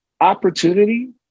opportunity